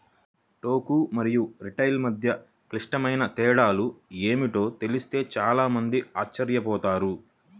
టోకు మరియు రిటైలింగ్ మధ్య క్లిష్టమైన తేడాలు ఏమిటో తెలిస్తే చాలా మంది ఆశ్చర్యపోతారు